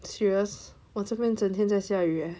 serious 我这边整天在下雨 eh